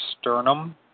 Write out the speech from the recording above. sternum